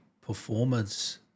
performance